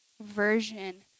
version